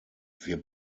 wir